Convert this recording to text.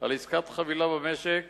על עסקת חבילה במשק